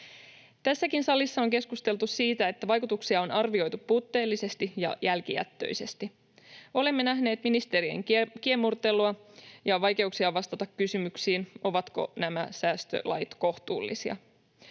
Tässäkin salissa on keskusteltu siitä, että vaikutuksia on arvioitu puutteellisesti ja jälkijättöisesti. Olemme nähneet ministerien kiemurtelua ja vaikeuksia vastata kysymyksiin, ovatko nämä säästölait kohtuullisia.